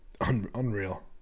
Unreal